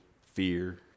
fear